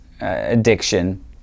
addiction